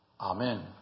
Amen